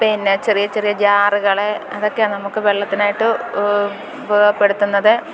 പിന്നെ ചെറിയ ചെറിയ ജാറുകൾ അതൊക്കെ നമുക്ക് വെള്ളത്തിനായിട്ട് ഉപയോഗപ്പെടുത്തുന്നത്